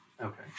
Okay